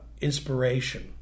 inspiration